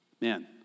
Man